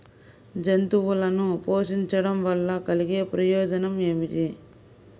జంతువులను పోషించడం వల్ల కలిగే ప్రయోజనం ఏమిటీ?